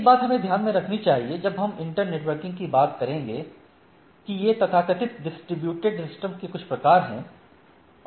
एक बात हमें ध्यान में रखनी चाहिए जब हम इंटर नेटवर्किंग के बारे में बात करेंगे कि ये तथाकथित डिस्ट्रीब्यूटड सिस्टम के कुछ प्रकार हैं